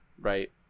right